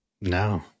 No